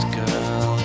girl